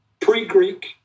pre-Greek